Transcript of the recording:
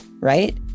right